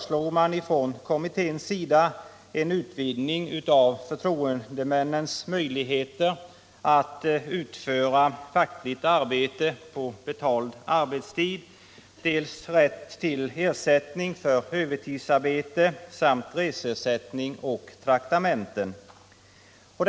Sålunda har kommittén föreslagit en utvidgning av förtro — mans ställning på endemännens möjligheter att utföra fackligt arbete på betald arbetstid, arbetsplatsen, rätt till ersättning för övertidsarbete samt reseersättning och traktamente. — m.m.